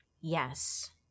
Yes